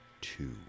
two